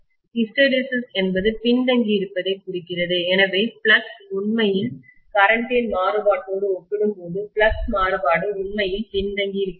hysteresis என்பது பின்தங்கியிருப்பதைக் குறிக்கிறது எனவே ஃப்ளக்ஸ் உண்மையில் கரண்டின் மாறுபாட்டோடு ஒப்பிடும்போது ஃப்ளக்ஸ் மாறுபாடு உண்மையில் பின்தங்கியிருக்கிறது